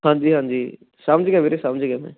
ਹਾਂਜੀ ਹਾਂਜੀ ਸਮਝ ਗਿਆ ਵੀਰੇ ਸਮਝ ਗਿਆ ਮੈਂ